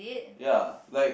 ya like